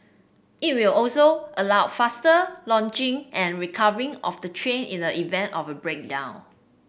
it will also allow faster launching and recovery of the train in the event of a breakdown